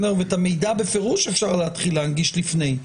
ואת המידע בפירוש אפשר להתחיל להנגיש לפני.